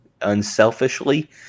unselfishly